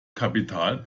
kapital